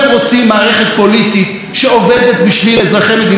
שעובדת בשביל אזרחי מדינת ישראל ולא בשביל עצמה,